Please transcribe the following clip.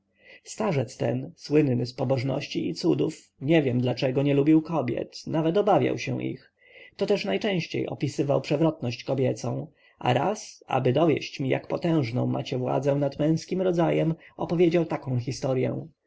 starzec ten słynny z pobożności i cudów nie wiem dlaczego nie lubił kobiet nawet obawiał się ich to też najczęściej opisywał przewrotność kobiecą a raz aby dowieść mi jak potężną macie władzę nad męskim rodzajem opowiedział taką historję